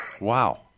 Wow